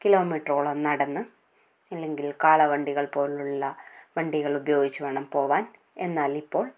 കിലോമീറ്ററോളം നടന്ന് അല്ലെങ്കിൽ കാളവണ്ടികൾ പോലുള്ള വണ്ടികൾ ഉപയോഗിച്ച് വേണം പോകാൻ എന്നാൽ ഇപ്പോൾ